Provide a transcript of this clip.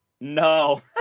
no